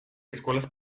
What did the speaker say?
escuelas